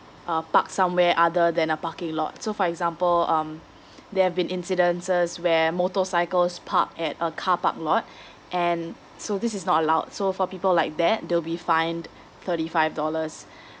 uh park somewhere other than a parking lot so for example um there been incidences where motorcycles park at a car park lot and so this is not allowed so for people like that they'll be fined thirty five dollars